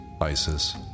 Isis